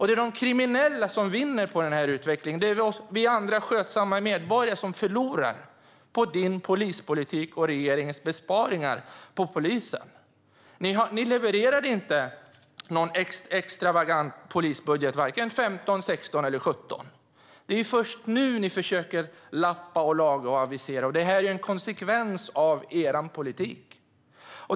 Det är de kriminella som vinner på utvecklingen, och det är vi andra skötsamma medborgare som förlorar på justitieministerns polispolitik och regeringens besparingar på polisen. Ni levererade inte någon extravagant polisbudget vare sig 2015, 2016 eller 2017. Det är först nu ni försöker lappa och laga. Det här är en konsekvens av er politik.